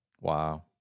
Wow